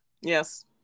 yes